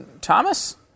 Thomas